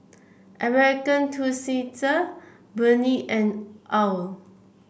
American Tourister Burnie and OWL